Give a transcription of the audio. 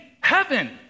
heaven